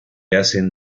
hacen